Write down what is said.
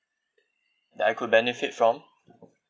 that I could benefit from